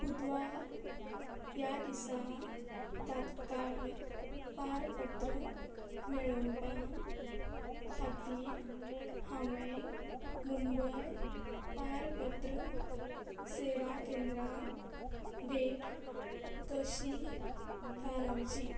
बुधवार ह्या दिसा तात्काळ पारपत्र मेळोवपाक खातीर हांवें मुंबय पारपत्र सेवा केंद्रान भेट कशी थारावची